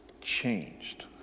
changed